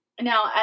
Now